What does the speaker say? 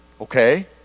okay